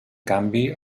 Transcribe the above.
canvi